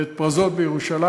ו"פרזות" בירושלים.